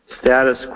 Status